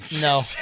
no